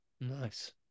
Nice